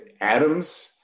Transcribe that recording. atoms